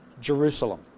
Jerusalem